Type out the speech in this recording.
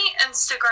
Instagram